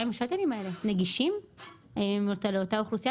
הם נגישים לאותה אוכלוסייה.